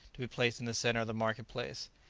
to be placed in the centre of the market-place.